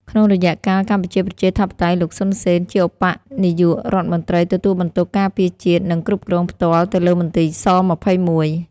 ក្នុងរយៈកាលកម្ពុជាប្រជាធិបតេយ្យ លោក សុន សេន ជាឧបនាយក រដ្ឋមន្ត្រី ទទួលបន្ទុកការពារជាតិនិង គ្រប់គ្រងផ្ទាល់ទៅលើមន្ទីរ ស-២១ ។